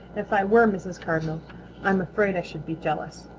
if i were mrs. cardinal i'm afraid i should be jealous.